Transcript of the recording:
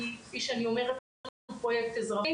כי כפי שאני אומרת הוא פרויקט אזרחי